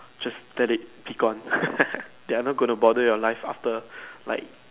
just let it be gone they are not gonna bother your life after like